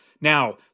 Now